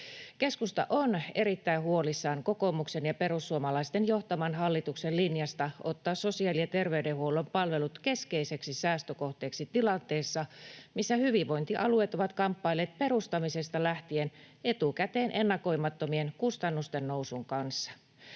Keskusta on erittäin huolissaan kokoomuksen ja perussuomalaisten johtaman hallituksen linjasta ottaa sosiaali- ja terveydenhuollon palvelut keskeiseksi säästökohteeksi tilanteessa, missä hyvinvointialueet ovat kamppailleet perustamisesta lähtien etukäteen ennakoimattomien kustannusten nousun kanssa.